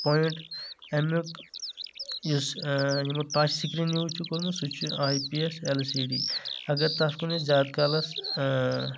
point امیُک یُس یِمو ٹچ سکریٖن یوٗز چھُ کوٚرمُت سُہ چھُ I P S L C D اگر تتھ کُن أسۍ زیادٕ کالس